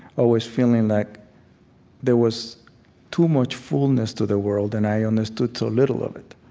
always feeling like there was too much fullness to the world, and i understood so little of it.